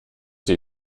sie